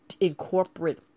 incorporate